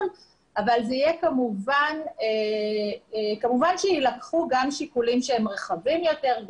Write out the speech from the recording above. לארץ אבל כמובן שיילקחו גם שיקולים שהם רחבים יותר,